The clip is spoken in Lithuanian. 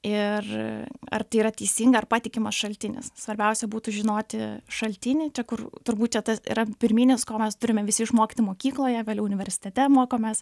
ir ar tai yra teisinga ar patikimas šaltinis svarbiausia būtų žinoti šaltinį čia kur turbūt čia ta yra pirminis ko mes turime visi išmokti mokykloje vėliau universitete mokomės